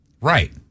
Right